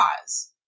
cause